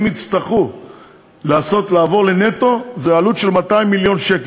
חבר הכנסת אחמד טיבי.